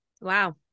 Wow